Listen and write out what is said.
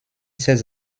ses